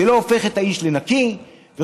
זה לא הופך את האיש לנקי וכו'.